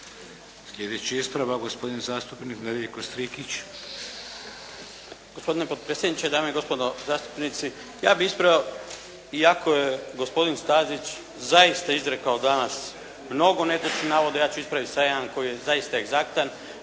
Sljedeći ispravak gospodin zastupnik Nedjeljko Strikić.